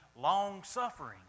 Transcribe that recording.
long-suffering